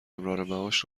امرارمعاش